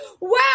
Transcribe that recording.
wow